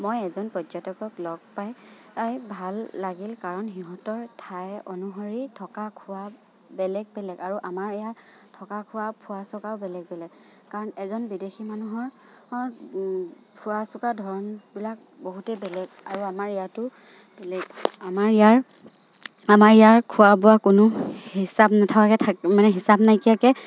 মই এজন পৰ্যটকক লগ পাই ভাল লাগিল কাৰণ সিহঁতৰ ঠাই অনুসৰি থকা খোৱা বেলেগ বেলেগ আৰু আমাৰ ইয়াৰ থকা খোৱা ফুৰা চকাও বেলেগ বেলেগ কাৰণ এজন বিদেশী মানুহৰ ফুৰা চকা ধৰণবিলাক বহুতেই বেলেগ আৰু আমাৰ ইয়াতো বেলেগ আমাৰ ইয়াৰ আমাৰ ইয়াৰ খোৱা বোৱা কোনো হিচাপ নহোৱাকৈ থাকে মানে হিচাপ নাইকিয়াকৈ